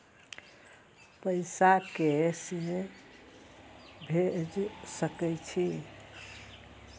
पैसा के से भेज सके छी?